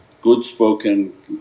good-spoken